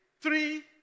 three